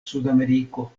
sudameriko